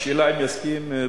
השאלה היא אם יסכים בסוף.